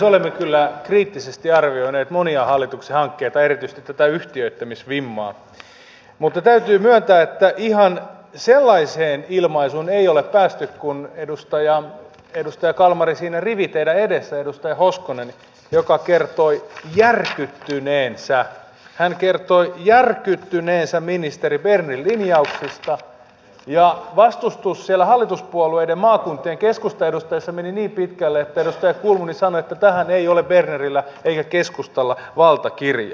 olemme kyllä kriittisesti arvioineet monia hallituksen hankkeita ja erityisesti tätä yhtiöittämisvimmaa mutta täytyy myöntää että ihan sellaiseen ilmaisuun ei ole päästy kuin pääsi edustaja kalmari siinä rivillä teidän edessänne edustaja hoskonen joka kertoi järkyttyneensä hän kertoi järkyttyneensä ministeri bernerin linjauksista ja vastustus siellä hallituspuolueissa maakuntien keskustaedustajissa meni niin pitkälle että edustaja kulmuni sanoi että tähän ei ole bernerillä eikä keskustalla valtakirjaa